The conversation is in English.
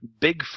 Bigfoot